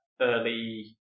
early